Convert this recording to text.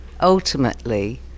ultimately